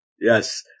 Yes